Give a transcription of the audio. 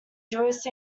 jewish